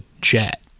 jet